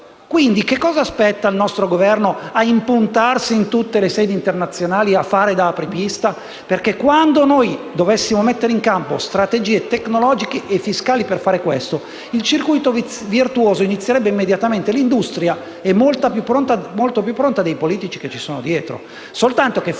Quindi, che aspetta il nostro Governo a impuntarsi in tutte le sedi internazionali e fare da apripista? Infatti, se decidessimo di mettere in campo strategie tecnologiche e fiscali per fare questo, il circuito virtuoso scatterebbe immediatamente. L'industria è molto più pronta dei politici che ci sono dietro,